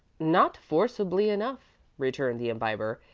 not forcibly enough, returned the imbiber.